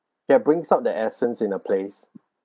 that brings up the essence in a place